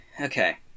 Okay